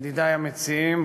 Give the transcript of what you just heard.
לידידי המציעים,